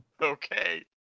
Okay